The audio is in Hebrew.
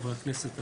חברי הכנסת,